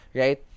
right